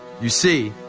you see,